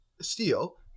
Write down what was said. steel